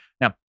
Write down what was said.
Now